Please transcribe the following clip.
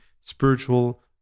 spiritual